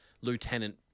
lieutenant